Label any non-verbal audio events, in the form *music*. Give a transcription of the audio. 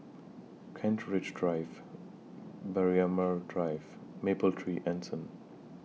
*noise* Kent Ridge Drive Braemar Drive Mapletree Anson